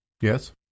Yes